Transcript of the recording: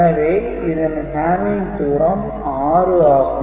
எனவே இதன் hamming தூரம் 6 ஆகும்